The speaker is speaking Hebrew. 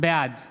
בעד